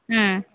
ம்